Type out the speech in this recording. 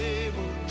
able